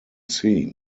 scene